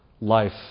life